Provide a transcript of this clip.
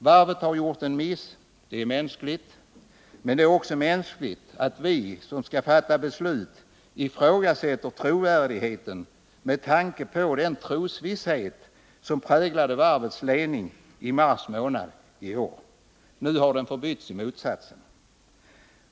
Varvet har gjort en miss. Det är mänskligt, men det är också mänskligt att vi som skall fatta beslut ifrågasätter trovärdigheten med tanke på att den trosvisshet som präglade varvets ledning i mars månad i år nu har förbytts i motsatsen.